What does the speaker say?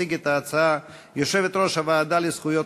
תציג את ההצעה יושבת-ראש הוועדה לזכויות